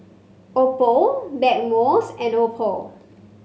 Oppo Blackmores and Oppo